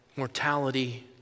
mortality